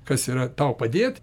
kas yra tau padėt